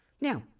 Now